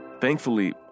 Thankfully